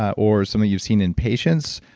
or something you've seen in patients,